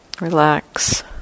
Relax